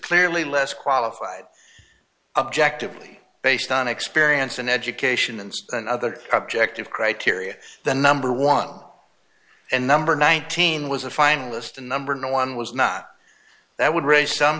clearly less qualified objectively based on experience and education and another objective criteria the number one and number nineteen was a finalist a number no one was not that would raise some